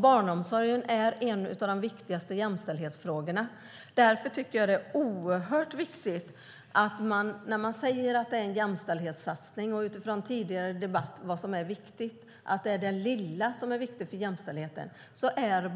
Barnomsorgen är en av de viktigaste jämställdhetsfrågorna. Man säger att det är fråga om en jämställdhetssatsning, och i tidigare debatter har man sagt att det är det lilla som är viktigt för jämställdheten.